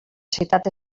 citat